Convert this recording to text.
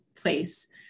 place